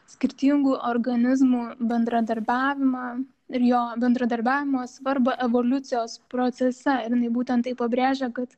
skirtingų organizmų bendradarbiavimą ir jo bendradarbiavimo svarbą evoliucijos procese ir jinai būtent taip pabrėžia kad